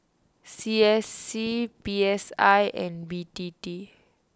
C S C P S I and B T T